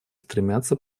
стремятся